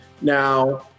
Now